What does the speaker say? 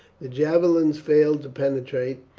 the javelins failed to penetrate,